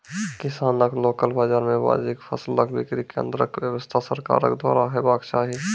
किसानक लोकल बाजार मे वाजिब फसलक बिक्री केन्द्रक व्यवस्था सरकारक द्वारा हेवाक चाही?